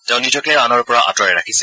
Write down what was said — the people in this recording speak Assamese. তেওঁ নিজকে আনৰ পৰা আঁতৰাই ৰাখিছে